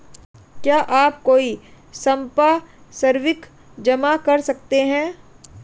क्या आप कोई संपार्श्विक जमा कर सकते हैं?